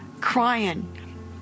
crying